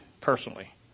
personally